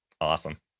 Awesome